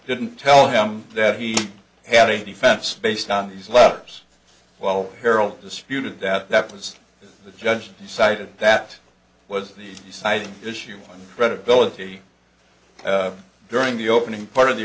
didn't tell him that he had a defense based on these letters well carol disputed that that was the judge decided that was the side issue credibility during the opening part of the